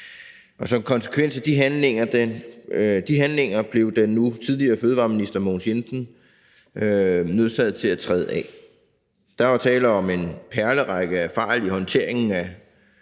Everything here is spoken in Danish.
som konsekvens af de handlinger blev den nu tidligere fødevareminister Mogens Jensen nødsaget til at træde af. Der var tale om en perlerække af fejl i håndteringen af